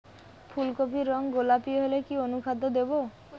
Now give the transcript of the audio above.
ফুল কপির রং গোলাপী হলে কি অনুখাদ্য দেবো?